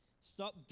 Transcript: Stop